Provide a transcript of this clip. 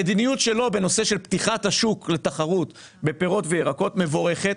המדיניות שלו בנושא של פתיחת השוק לתחרות בפירות וירקות מבורכת.